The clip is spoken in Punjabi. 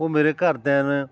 ਉਹ ਮੇਰੇ ਘਰਦਿਆਂ ਨੇ